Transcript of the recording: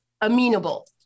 amenable